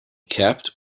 kept